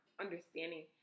understanding